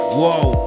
Whoa